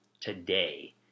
today